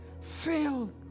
FILLED